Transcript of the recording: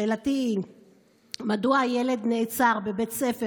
שאלותיי: 1. מדוע הילד נעצר בבית הספר